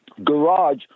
garage